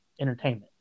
entertainment